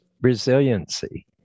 resiliency